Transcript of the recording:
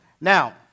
Now